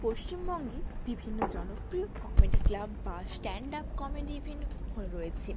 পশ্চিমবঙ্গে বিভিন্ন জনপ্রিয় কমেডি ক্লাব বা স্ট্যান্ড আপ কমেডি ইভেন্ট হো রয়েছে